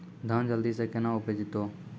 धान जल्दी से के ना उपज तो?